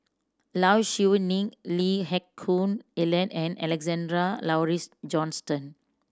Low Siew Nghee Lee Heck Koon Ellen and Alexander Laurie's Johnston